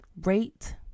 rate